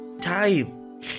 time